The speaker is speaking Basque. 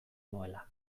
nuela